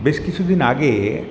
বেশ কিছুদিন আগে